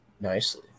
nicely